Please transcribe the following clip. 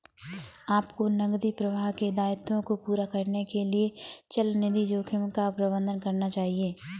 आपको नकदी प्रवाह के दायित्वों को पूरा करने के लिए चलनिधि जोखिम का प्रबंधन करना चाहिए